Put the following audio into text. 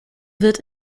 wird